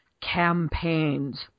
campaigns